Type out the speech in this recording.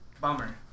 Bummer